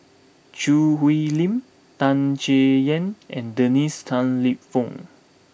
Choo Hwee Lim Tan Chay Yan and Dennis Tan Lip Fong